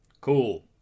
Cool